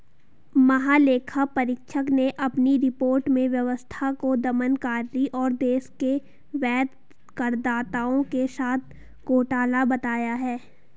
महालेखा परीक्षक ने अपनी रिपोर्ट में व्यवस्था को दमनकारी और देश के वैध करदाताओं के साथ घोटाला बताया है